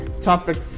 topic